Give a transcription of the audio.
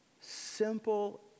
simple